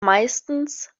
meistens